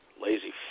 lazy